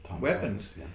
weapons